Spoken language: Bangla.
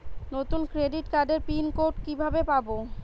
নতুন ক্রেডিট কার্ডের পিন কোড কিভাবে পাব?